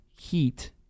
heat